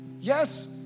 Yes